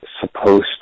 supposed